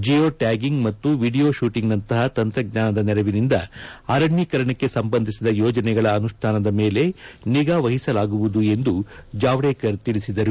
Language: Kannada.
ಜಿಯೋ ಟ್ಲಾಗಿಂಗ್ ಮತ್ತು ವಿಡಿಯೋ ಕೂಟಿಂಗ್ನಂತಹ ತಂತ್ರಜ್ಞಾನದ ನೆರವಿನಿಂದ ಅರಣ್ಲೀಕರಣಕ್ಕೆ ಸಂಬಂಧಿಸಿದ ಯೋಜನೆಗಳ ಅನುಷ್ಣಾನದ ಮೇಲೆ ನಿಗಾವಹಿಸಲಾಗುವುದು ಎಂದು ಜಾವಡೇಕರ್ ತಿಳಿಸಿದರು